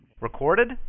Recorded